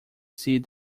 see